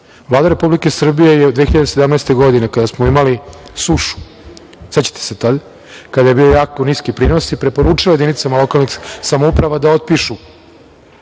Vlada Republike Srbije je u 2017. godine, kada smo imali sušu, sećate se, kada su bili jako niski prinosi, preporučila jedinicama lokalnih samouprava da otpišu